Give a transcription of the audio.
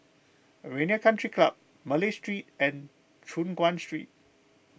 Arena Country Club Malay Street and Choon Guan Street